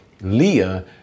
Leah